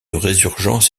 résurgence